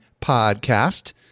podcast